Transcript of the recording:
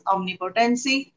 Omnipotency